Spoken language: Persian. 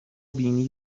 بینی